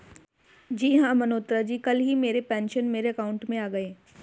जी हां मल्होत्रा जी कल ही मेरे पेंशन मेरे अकाउंट में आ गए